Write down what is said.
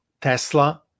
Tesla